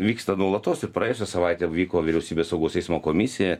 vyksta nuolatos ir praėjusią savaitę vyko vyriausybės saugaus eismo komisija